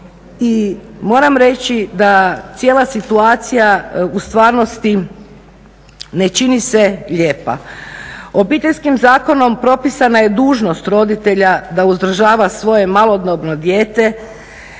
moram reći da cijela situacija u stvarnosti ne čini se lijepa. Obiteljskim zakonom propisana je dužnost roditelja da uzdržava svoje malodobno dijete,